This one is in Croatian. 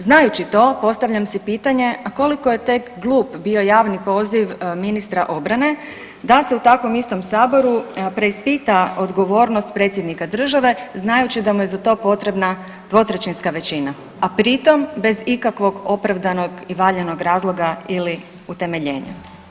Znajući to postavljam si pitanje, a koliko je tek glup bio javni poziv ministra obrane da se u takvom istom saboru preispita odgovornost predsjednika države znajući da mu je za to potrebna dvotrećinska većina, a pri tom bez ikakvog opravdanog i valjanog razloga ili utemeljenja.